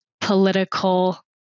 political